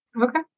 Okay